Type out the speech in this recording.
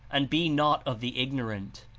and be not of the ignorant.